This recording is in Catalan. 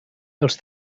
els